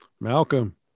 Malcolm